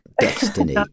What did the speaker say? destiny